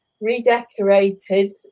redecorated